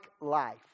life